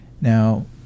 Now